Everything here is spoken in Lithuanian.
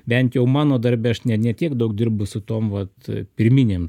bent jau mano darbe aš ne ne tiek daug dirbu su tom vat pirminėm